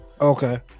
Okay